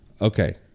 okay